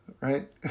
right